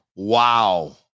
Wow